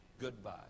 goodbye